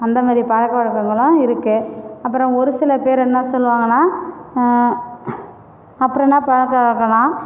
அந்தமாரி பழக்க வழக்கங்களும் இருக்குது அப்புறம் ஒரு சில பேர் என்ன சொல்லுவாங்கனா அப்புறம் என்ன பழக்கவழக்கம்னா